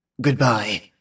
Goodbye